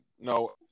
No